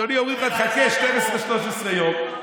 אדוני, אומרים לך: תחכה 13-12 יום.